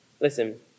Listen